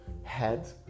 head